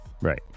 Right